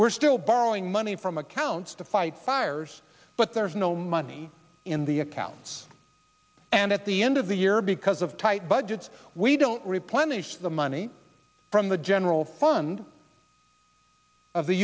we're still borrowing money from accounts to fight fires but there's no money in the accounts and at the end of the year because of tight budgets we don't replenish the money from the general fund of the